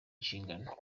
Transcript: nshingano